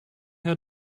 how